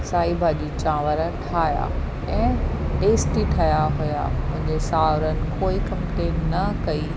साई भाॼी चांवर ठाहिया ऐं टेस्टी ठहिया हुया मुंहिंजे सोहुरनि कोई कंप्लेन न कई